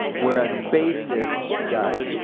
whereas basis does.